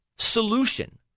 Solution